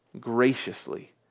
graciously